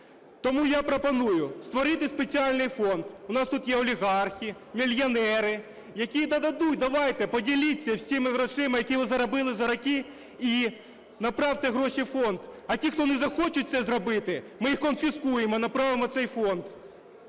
Тому я пропоную створити спеціальний фонд, у нас тут є олігархи, мільйонери, які додадуть. Давайте, поділіться всіма грошима, які ви заробили за роки і направте гроші в фонд. А ті, хто не захочуть це зробити – ми їх конфіскуємо і направимо в цей фонд.